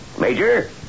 major